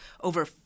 over